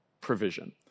provision